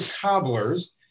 cobblers